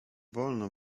wolno